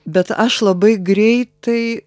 bet aš labai greitai